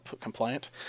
compliant